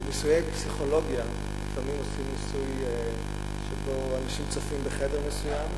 בניסויי פסיכולוגיה לפעמים עושים ניסוי שבו אנשים צופים בחדר מסוים,